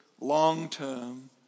long-term